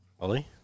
Ollie